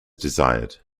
desired